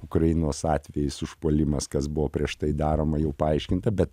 ukrainos atvejis užpuolimas kas buvo prieš tai daroma jau paaiškinta bet